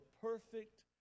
perfect